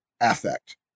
affect